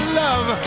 love